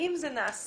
האם זה נעשה,